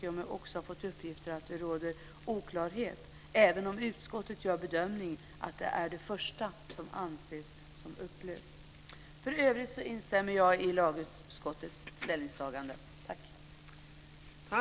Jag har fått uppgift om att det råder oklarhet om detta, även om utskottet gör den bedömningen att det är det första som ska anses upplöst. I övrigt instämmer jag i lagutskottets ställningstaganden.